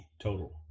total